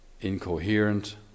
incoherent